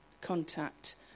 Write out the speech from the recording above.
contact